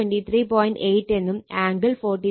8 എന്നും ആംഗിൾ 43